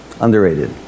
Underrated